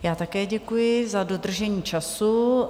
Já také děkuji za dodržení času.